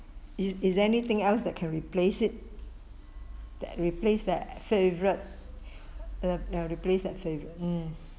is is there anything else that can replace it that replace that favorite the replace that favourite mm